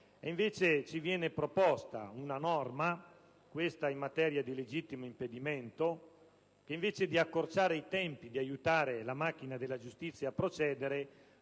ci viene proposta una norma, questa in materia di legittimo impedimento, che invece di accorciare i tempi e di aiutare la macchina della giustizia a procedere,